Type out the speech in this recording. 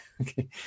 okay